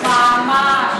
ממש.